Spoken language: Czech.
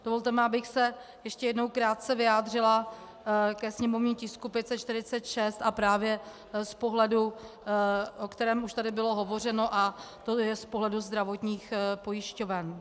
Dovolte mi, abych se ještě jednou krátce vyjádřila ke sněmovnímu tisku 546 právě z pohledu, o kterém už tady bylo hovořeno, a to je z pohledu zdravotních pojišťoven.